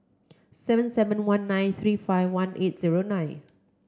seven seven one nine three five one eight zero nine